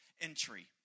Entry